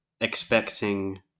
expecting